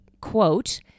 quote